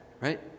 Right